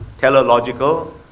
teleological